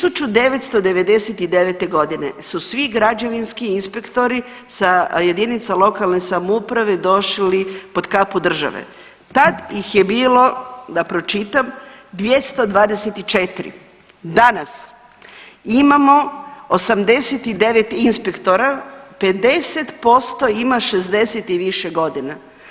1999.g. su svi građevinski inspektori sa jedinica lokalne samouprave došli pod kapu države, tad ih je bilo, da pročitam 224, danas imamo 89 inspektora, 50% ima 60 i više godina.